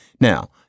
Now